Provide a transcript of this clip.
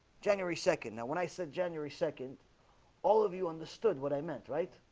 january second now when i said january second all of you understood what i meant right?